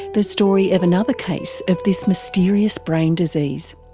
the story of another case of this mysterious brain disease.